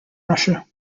russia